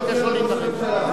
אדוני ראש הממשלה,